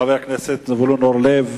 תודה רבה לחבר הכנסת זבולון אורלב,